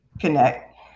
connect